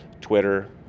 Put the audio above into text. Twitter